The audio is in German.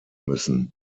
müssen